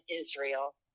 Israel